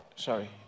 Sorry